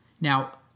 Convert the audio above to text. Now